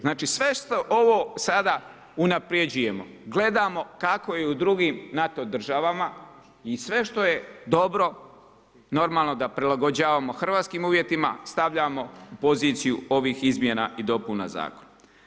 Znači sve što ovo sada unaprjeđujemo, gledamo kako je u drugim NATO državama i sve što je dobro, normalno da prilagođavamo hrvatskim uvjetima, stavljamo u poziciju ovih izmjena i dopuna zakona.